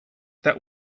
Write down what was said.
that